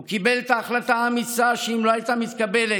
הוא קיבל את ההחלטה האמיצה שאם לא הייתה מתקבלת,